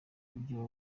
buryo